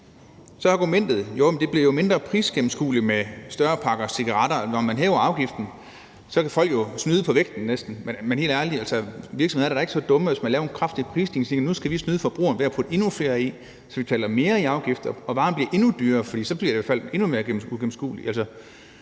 om, at det bliver mindre prisgennemskueligt med større pakke cigaretter, når man hæver afgiften; så kan folk jo næsten snyde på vægten. Men helt ærligt, virksomhederne er da ikke så dumme, at de, hvis man laver en kraftig prisstigning, siger: Nu skal vi snyde forbrugeren ved at putte endnu flere i, så vi betaler mere i afgift og varen bliver endnu dyrere. For så bliver det i hvert fald endnu mere uigennemskueligt.